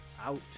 out